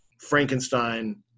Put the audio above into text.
frankenstein